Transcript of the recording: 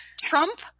Trump